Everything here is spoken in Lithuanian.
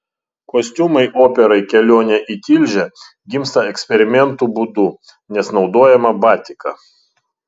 kostiumai operai kelionė į tilžę gimsta eksperimentų būdu nes naudojama batika